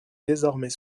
désormais